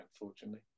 unfortunately